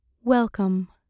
Welcome